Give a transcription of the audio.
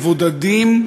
מבודדים,